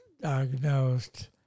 diagnosed